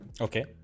Okay